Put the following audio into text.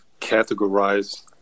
categorize